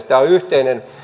tämä on yhteinen